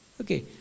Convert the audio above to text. Okay